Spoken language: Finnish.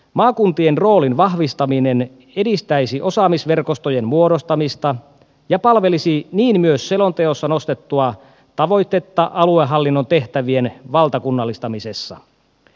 maakuntien roolin vahvistaminen edistäisi osaamisverkostojen muodostamista ja palvelisi niin myös selonteossa nostettua tavoitetta aluehallinnon tehtävien valtakunnallistamisessa